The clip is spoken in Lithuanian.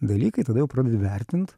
dalykai tada jau pradedi vertint